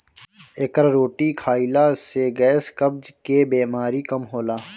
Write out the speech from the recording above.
एकर रोटी खाईला से गैस, कब्ज के बेमारी कम होला